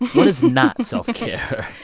what is not self-care?